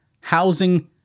housing